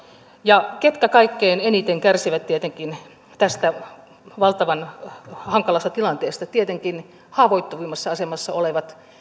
ja ketkä kaikkein eniten kärsivät tietenkin tästä valtavan hankalasta tilanteesta tietenkin haavoittuvimmassa asemassa olevat